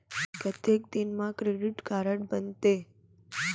कतेक दिन मा क्रेडिट कारड बनते?